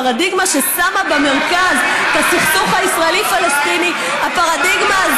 פרדיגמה ששמה במרכז את הסכסוך הישראלי פלסטיני הפרדיגמה,